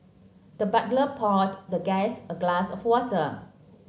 the butler poured the guest a glass of water